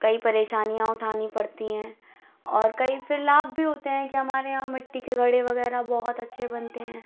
कई परेशानियाँ उठानी पड़ती हैं और कई फिर लाभ भी होते हैं कि हमारे यहाँ मिट्टी के घड़े वगैरह बहुत अच्छे बनते हैं